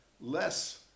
less